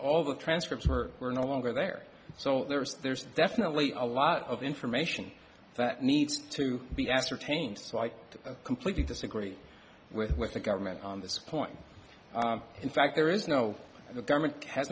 all the transcripts were were no longer there so there's there's definitely a lot of information that needs to be ascertained so i completely disagree with with the government on this point in fact there is no the government ha